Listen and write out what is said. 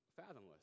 fathomless